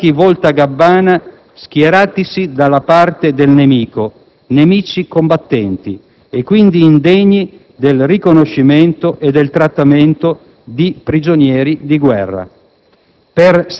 vigliacchi voltagabbana schieratisi dalla parte del nemico («nemici combattenti») e quindi indegni del riconoscimento e del trattamento di prigionieri di guerra.